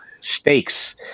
stakes